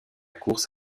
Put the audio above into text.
course